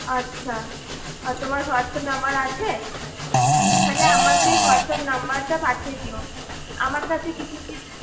আচ্ছা আর তোমার হোয়াটসঅ্যাপ নাম্বার আছে তাহলে আমাকে হোয়াটসঅ্যাপ নাম্বারটা পাঠিয়ে দিও আমার কাছে কিছু কিছু